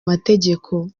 mategeko